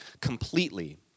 completely